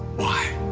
why.